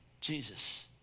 Jesus